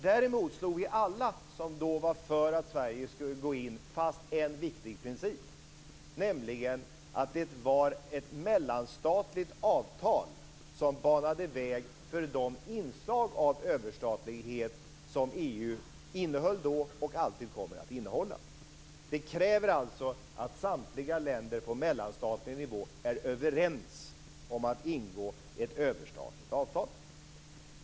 Däremot slog vi alla som då var för att Sverige skulle gå in i EU fast en viktig princip, nämligen att det var ett mellanstatligt avtal som banade väg för de inslag av överstatlighet som EU då innehöll och alltid kommer att innehålla. Det kräver alltså att samtliga länder på mellanstatlig nivå är överens om att ingå ett överstatligt avtal.